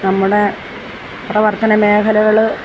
നമ്മുടെ പ്രവർത്തന മേഖലകൾ